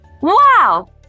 Wow